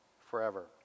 forever